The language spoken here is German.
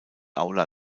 aula